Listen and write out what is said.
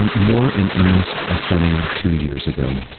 um more in earnest starting two years ago.